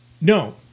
No